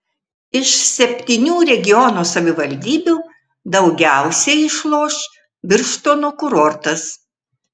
iš septynių regiono savivaldybių daugiausiai išloš birštono kurortas